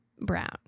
brown